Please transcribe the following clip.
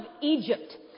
Egypt